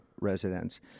residents